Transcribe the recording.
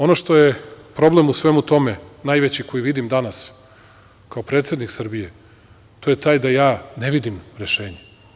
Ono što je problem u svemu tome, najveći koji vidim danas, kao predsednik Srbije, to je taj da ja ne vidim rešenje.